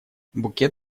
букет